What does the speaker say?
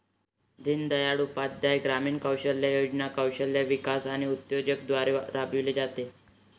दीनदयाळ उपाध्याय ग्रामीण कौशल्य योजना कौशल्य विकास आणि उद्योजकता द्वारे राबविली जाते